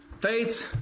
faith